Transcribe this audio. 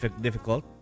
difficult